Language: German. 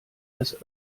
des